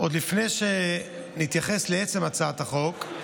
עוד לפני שנתייחס לעצם הצעת החוק,